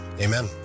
Amen